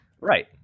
Right